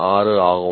6 ஆகும்